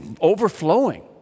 overflowing